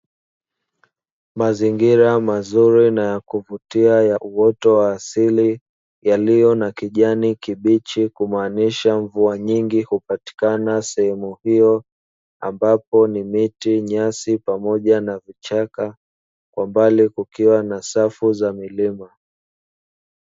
Mazingira mazuri na yakuvutia ya uoto wa asili yaliyo na kijani kibichi, kumaanisha mvua nyingi hupatikana sehemu hiyo ambapi ni miti, nyasi pamoja na vichaka kwa mbali kukiwa na safu za milima.